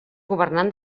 governant